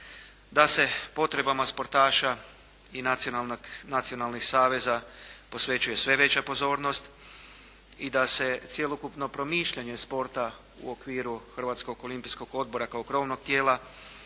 da se potrebama sportaša i nacionalnih saveza posvećuje sve veća pozornost i da se cjelokupno promišljanje sporta u okviru Hrvatskog olimpijskog odbora kao krovnog tijela